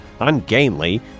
ungainly